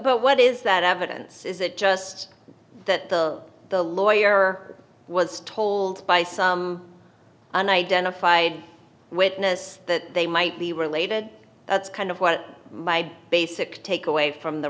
but what is that evidence is it just that the the lawyer was told by some unidentified witness that they might be related that's kind of what my basic take away from the